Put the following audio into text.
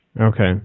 Okay